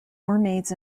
mermaids